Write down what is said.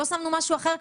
לא שמנו משהו אחר,